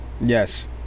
Yes